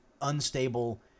unstable